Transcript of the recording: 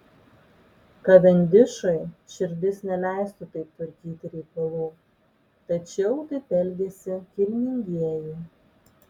kavendišui širdis neleistų taip tvarkyti reikalų tačiau taip elgiasi kilmingieji